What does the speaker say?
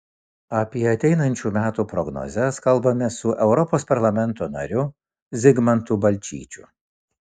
apie ateinančių metų prognozes kalbamės su europos parlamento nariu zigmantu balčyčiu